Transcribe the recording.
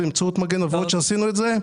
כמו שעשינו באמצעות מגן אבות אנחנו